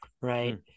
right